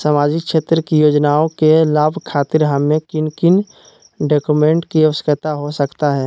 सामाजिक क्षेत्र की योजनाओं के लाभ खातिर हमें किन किन डॉक्यूमेंट की आवश्यकता हो सकता है?